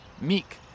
meek